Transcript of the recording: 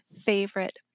favorite